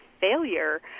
failure